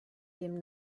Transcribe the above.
dem